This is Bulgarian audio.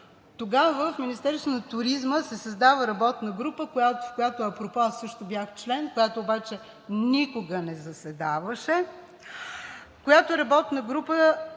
тогава в Министерството на туризма се създава работна група, в която апропо аз също бях член, която обаче никога не заседаваше, която работна група